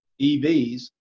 EVs